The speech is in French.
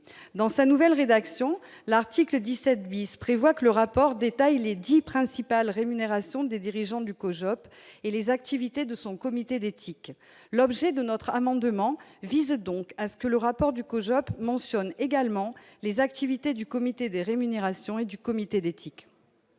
dans sa nouvelle rédaction l'article 17 bis prévoit que le rapport détaille les 10 principales, rémunération des dirigeants du COJO et les activités de son comité d'éthique, l'objet de notre amendement vise donc à ce que le rapport du qu'au Japon, mentionne également les activités du comité des rémunérations et du comité d'éthique.